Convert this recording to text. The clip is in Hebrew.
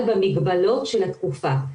אבל במגבלות של התקופה.